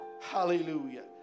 Hallelujah